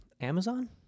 Amazon